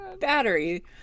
battery